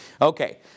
Okay